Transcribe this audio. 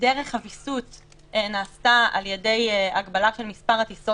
דרך הוויסות נעשתה באמצעות הגבלת הטיסות